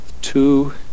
two